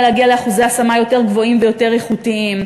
להגיע לאחוזי השמה יותר גבוהים ויותר איכותיים.